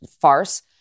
farce